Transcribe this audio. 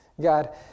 God